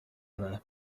other